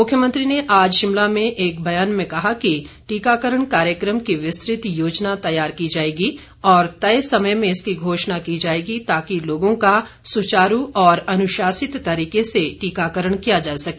मुख्यमंत्री ने आज शिमला में एक बयान में कहा कि टीकाकरण कार्यक्रम की विस्तृत योजना तैयार की जाएगी और तय समय में इसकी घोषणा की जाएगी ताकि लोगों का सुचारू और अनुशासित तरीके से टीकाकरण किया जा सके